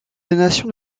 donation